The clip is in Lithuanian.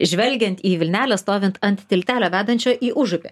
žvelgiant į vilnelę stovint ant tiltelio vedančio į užupį